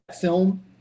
film